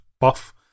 buff